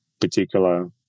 particular